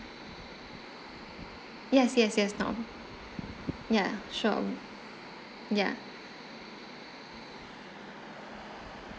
yes yes yes no ya sure ya